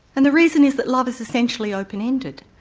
and the reason is that love is essentially open-ended.